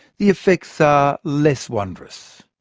the effects are less wondrous.